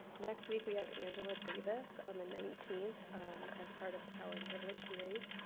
next week we have angela davis on the nineteenth as part of the power and privilege series.